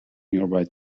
nearby